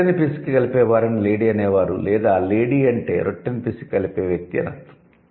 రొట్టెని పిసికి కలిపే వారిని 'లేడీ' అనేవారు లేదా 'లేడీ' అంటే రొట్టెను పిసికి కలిపే వ్యక్తి అని అర్ధం